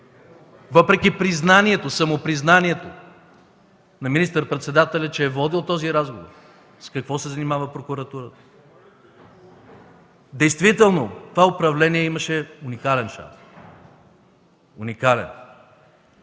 Въпреки признанието, самопризнанието на министър-председателя, че е водил този разговор, с какво се занимава прокуратурата? Действително това управление имаше уникален шанс. Уникален!